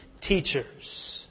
teachers